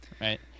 right